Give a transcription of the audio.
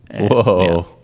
whoa